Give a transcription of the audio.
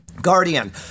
Guardian